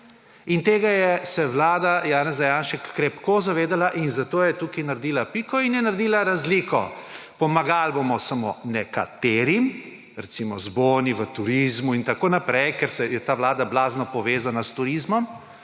In tega se je Vlada Janeza Janše krepko zavedala in zato je tukaj naredila piko in je naredila razliko, pomagali bomo samo nekaterim, recimo z boni v turizmu, itn., ker je ta Vlada blazno povezana s turizmom,